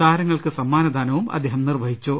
താരങ്ങൾക്ക് സമ്മാനദാനവും അദ്ദേഹം നിർവഹിച്ചു